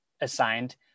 assigned